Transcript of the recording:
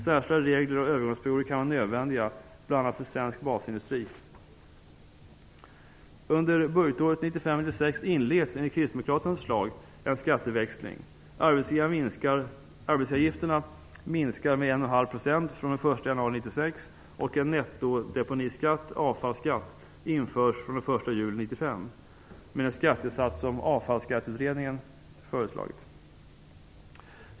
Särskilda regler och övergångsperioder kan vara nödvändiga, bl.a. för svensk basindustri. Under budgetåret 1995/96 inleds enligt kristdemokraternas förslag en skatteväxling. Arbetsgivaravgifterna minskar med 1,5 % fr.o.m. den 1 januari 1996, och en nettodeponiskatt, avfallsskatt, införs fr.o.m. den 1 juli 1995 med den skattesats som Avfallsskatteutredningen föreslagit.